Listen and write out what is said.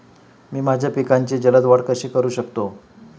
मी माझ्या पिकांची जलद वाढ कशी करू शकतो?